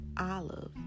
Olive